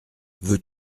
veux